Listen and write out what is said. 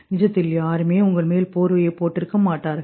நிஜத்தில் யாருமே உங்கள் மேல் போர்வையை போட்டு இருக்க மாட்டார்கள்